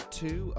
two